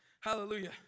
Hallelujah